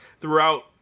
throughout